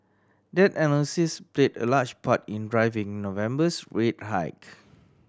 that analysis played a large part in driving November's rate hike